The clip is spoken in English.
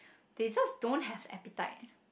they just don't have appetite